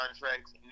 contracts